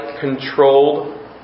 controlled